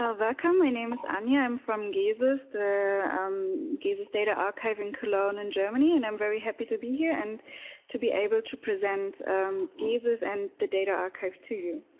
ah kind of my name is annie i'm from jesus the um jesus data archive in cologne and germany and i'm very happy to be here and to be able to present um jesus and the data archive to you